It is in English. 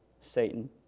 satan